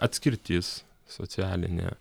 atskirtis socialinė